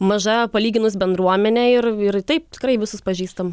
maža palyginus bendruomenė ir ir taip tikrai visus pažįstam